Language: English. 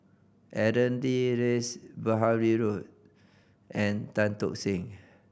Aaron Lee Rash Behari Bose and Tan Tock Seng